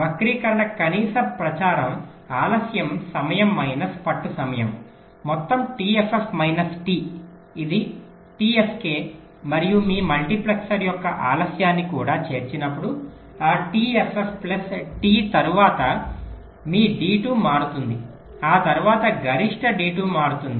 వక్రీకరణ కనీస ప్రచారం ఆలస్యం సమయం మైనస్ పట్టు సమయం మొత్తం t ff మైనస్ t ఇది t sk మరియు మీరు మల్టీప్లెక్సర్ యొక్క ఆలస్యాన్ని కూడా చేర్చినప్పుడు ఆ T ff ప్లస్ t తర్వాత మీ D2 మారుతుంది ఆ తర్వాత గరిష్ట D2 మారుతుంది